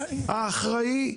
האחראי,